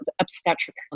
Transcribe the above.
obstetric